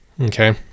Okay